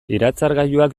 iratzargailuak